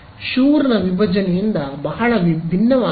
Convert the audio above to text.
ಶುರ್ನ ವಿಭಜನೆಯಿಂದ ಬಹಳ ಭಿನ್ನವಾಗಿದೆ